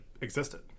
existed